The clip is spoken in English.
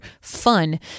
fun